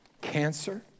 cancer